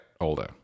older